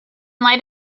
light